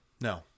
No